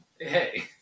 hey